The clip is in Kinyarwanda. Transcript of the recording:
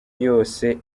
yose